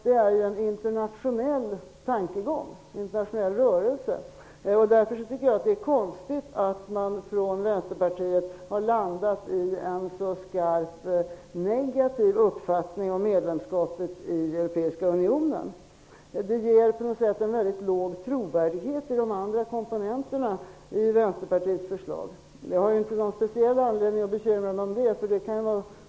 Det är ju en internationell rörelse, och därför är det konstigt att man har landat i en så skarpt negativ uppfattning om medlemskapet i Europeiska unionen. Det ger en låg trovärdighet i de andra komponenterna i Vänsterpartiets förslag. Jag har dock inte någon speciell anledning att bekymra mig för det.